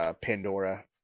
Pandora